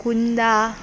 कुंदा